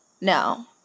No